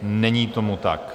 Není tomu tak.